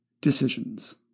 Decisions